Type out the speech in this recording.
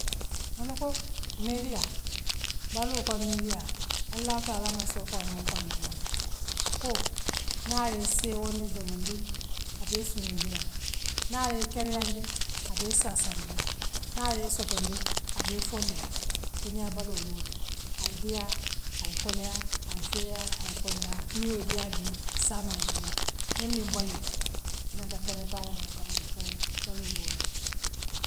Hani ko niiliyaa baluuw ko niiliyaa allah ta'alaa mansoo wo muŋ fo hadama diŋoo leti akoo naa'ayee seewondi doomandiŋ abee sumundilalee na'ayee keriandi abee sassandilale na'ayee sotondi abee fondilale duniyaa baluu lemu woo to ayee diyaa ayee koliyaa ayee feeyaa ayee koliyaa niŋ ibee diyaariŋ min'na saama abe koliyaala niŋ miŋ balooluta iňonta pareparee doroŋ ka moo la kuu baluwo be ňaama.